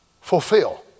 fulfill